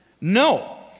No